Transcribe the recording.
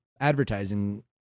advertising